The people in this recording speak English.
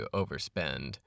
overspend